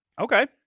Okay